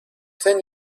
ten